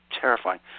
terrifying